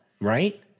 right